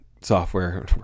software